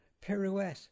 Pirouette